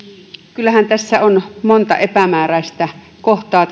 kyllähän tässä prosessissa on monta epämääräistä kohtaa